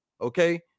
Okay